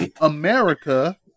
America